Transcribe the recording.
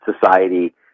society